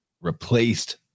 replaced